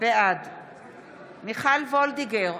בעד מיכל וולדיגר,